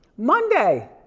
monday.